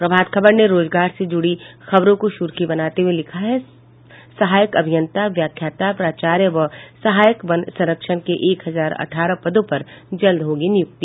प्रभात खबर ने रोजगार से जुड़ी खबरों की सुर्खी बनाते हुए लिखा है सहायक अभियंता व्याख्याता प्राचार्य व सहायक वन संरक्षक के एक हजार अठारह पदों पर जल्द होगी नियुक्ति